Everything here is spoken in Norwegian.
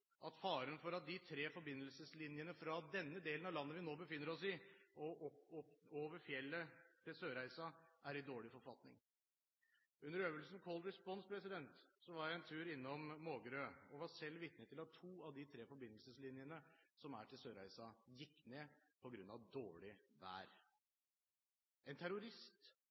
at faren for at de tre forbindelseslinjene fra denne delen av landet vi nå befinner oss i, og over fjellet til Sørreisa, er i dårlig forfatning. Under øvelsen Cold Response var jeg en tur innom Mågerø og var selv vitne til at to av de tre forbindelseslinjene som er til Sørreisa, gikk ned på grunn av dårlig vær. En terrorist